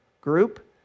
group